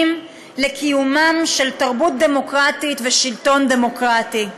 לקיומם של תרבות דמוקרטית ושלטון דמוקרטי.